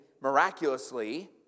miraculously